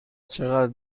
چقدر